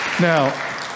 now